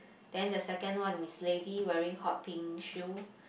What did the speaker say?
then the second one lady wearing hot pink shoe